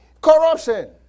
corruption